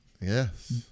Yes